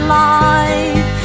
life